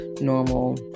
normal